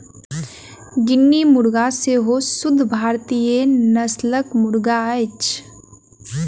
guinea मुर्गा सेहो शुद्ध भारतीय नस्लक मुर्गा अछि